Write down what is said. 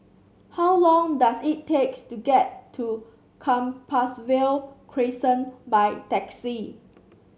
how long does it takes to get to Compassvale Crescent by taxi